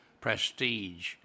prestige